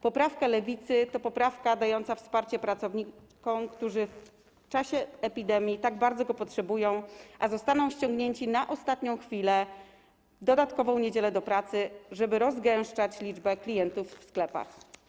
Poprawka Lewicy to poprawka dająca wsparcie pracownikom, którzy w czasie epidemii tak bardzo go potrzebują, a zostaną ściągnięci na ostatnią chwilę w dodatkową niedzielę do pracy, żeby rozgęszczać liczbę klientów w sklepach.